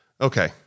okay